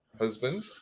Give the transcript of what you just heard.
husband